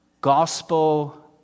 gospel